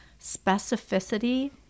specificity